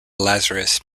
lazarus